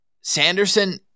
Sanderson